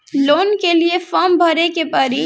Loan के लिए form भरे के पड़ी?